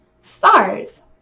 SARS